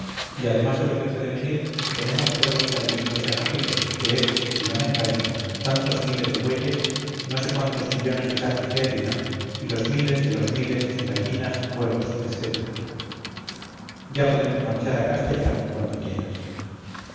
y además de lo que puede venir tenemos todo lo que al enemigo se ha cogido que es si no me engaño tantos miles de bueyes no sé cuántos millones de sacos de harina y los miles de los miles en gallinas huevos etc ya podemos marchar a castell cuando quieras